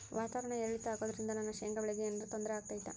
ವಾತಾವರಣ ಏರಿಳಿತ ಅಗೋದ್ರಿಂದ ನನ್ನ ಶೇಂಗಾ ಬೆಳೆಗೆ ಏನರ ತೊಂದ್ರೆ ಆಗ್ತೈತಾ?